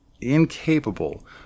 incapable